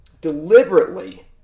deliberately